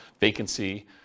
vacancy